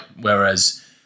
Whereas